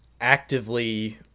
actively